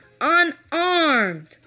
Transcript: unarmed